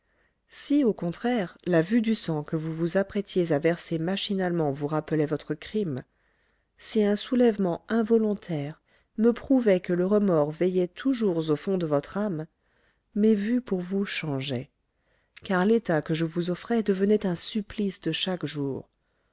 si au contraire la vue du sang que vous vous apprêtiez à verser machinalement vous rappelait votre crime si un soulèvement involontaire me prouvait que le remords veillait toujours au fond de votre âme mes vues pour vous changeaient car l'état que je vous offrais devenait un supplice de chaque jour